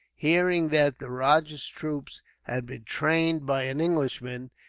hearing that the rajah's troops had been trained by an englishman,